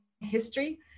history